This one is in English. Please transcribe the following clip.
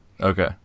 Okay